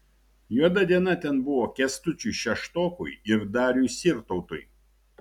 juoda diena ten buvo kęstučiui šeštokui ir dariui sirtautui